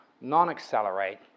non-accelerate